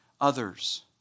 others